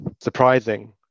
surprising